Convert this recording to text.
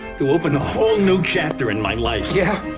to open a whole new chapter in my life yeah,